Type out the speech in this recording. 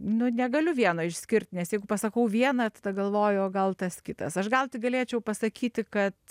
nu negaliu vieno išskirt nes jeigu pasakau vieną tada galvoju o gal tas kitas aš gal tik galėčiau pasakyti kad